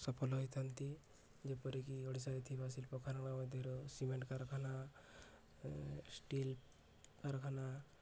ସଫଳ ହୋଇଥାନ୍ତି ଯେପରିକି ଓଡ଼ିଶାରେ ଥିବା ଶିଳ୍ପ କାରଖାନା ମଧ୍ୟରୁ ସିମେଣ୍ଟ କାରଖାନା ଷ୍ଟିଲ୍ କାରଖାନା